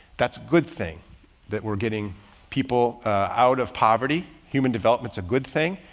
that's good thing that we're getting people out of poverty. human development's a good thing,